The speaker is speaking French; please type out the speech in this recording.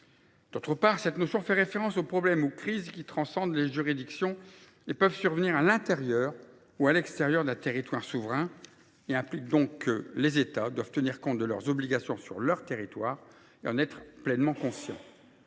D’autre part, en faisant référence aux problèmes ou aux crises qui transcendent les juridictions et peuvent survenir à l’intérieur ou à l’extérieur d’un territoire souverain, cette notion implique que les États doivent tenir compte de leurs obligations sur leur territoire et en être pleinement conscients.